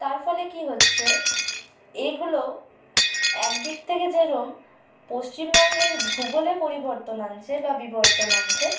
তার ফলে কী হচ্ছে এইগুলো একদিক থেকে যেরম পশ্চিমবঙ্গের ভূগোলে পরিবর্তন আনছে বা বিবর্তন আনছে